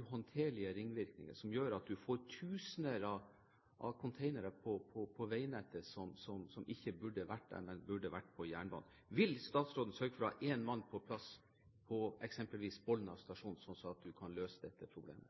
uhåndterlige ringvirkninger, som gjør at man får tusener av containere på veinettet, som ikke burde vært der, men som burde vært på jernbanen. Vil statsråden sørge for å ha én mann på plass på eksempelvis Bolna stasjon, slik at man kan løse dette